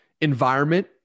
environment